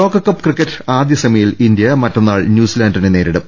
ലോകകപ്പ് ക്രിക്കറ്റ് ആദ്യ സെമിയിൽ ഇന്ത്യ മറ്റന്നാൾ ന്യൂസിലൻഡിനെ നേരിടും